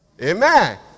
Amen